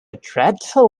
dreadful